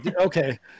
okay